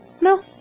No